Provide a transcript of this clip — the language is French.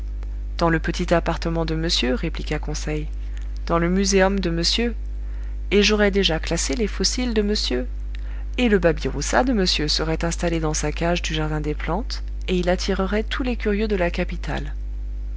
dans le petit appartement de monsieur répliqua conseil dans le muséum de monsieur et j'aurais déjà classé les fossiles de monsieur et le babiroussa de monsieur serait installé dans sa cage du jardin des plantes et il attirerait tous les curieux de la capitale